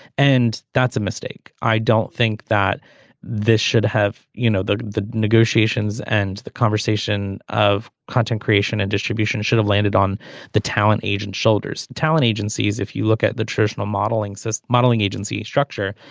and that's a mistake. i don't think that this should have you know the the negotiations and the conversation of content creation and distribution should have landed on the talent agents shoulders talent agencies if you look at the traditional modeling since modeling agency structure.